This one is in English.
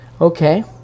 Okay